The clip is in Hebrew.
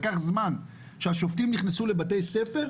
לקח זמן שהשופטים נכנסו לבתי ספר,